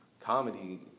comedy